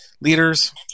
leaders